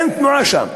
אין תנועה שם,